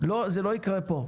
זה לא יקרה פה.